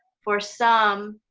for some